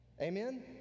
Amen